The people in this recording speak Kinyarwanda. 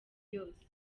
yose